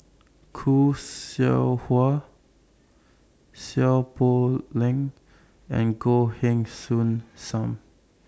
Khoo Seow Hwa Seow Poh Leng and Goh Heng Soon SAM